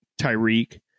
Tyreek